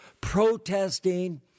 protesting